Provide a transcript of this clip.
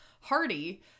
hardy